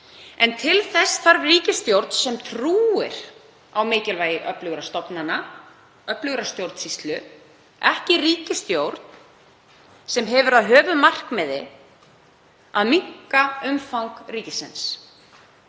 En til þess þarf ríkisstjórn sem trúir á mikilvægi öflugra stofnana, öflugrar stjórnsýslu, ekki ríkisstjórn sem hefur að höfuðmarkmiði að minnka umfang ríkisins,